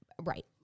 right